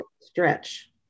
stretch